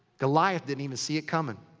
goliath didn't even see it coming.